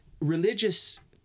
religious